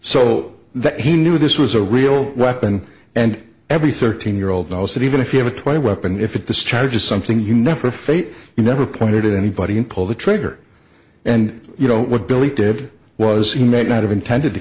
so that he knew this was a real rotten and every thirteen year old knows that even if you have a twenty weapon if it the charge is something you never fate you never pointed at anybody and pull the trigger and you know what billy did was he may not have intended to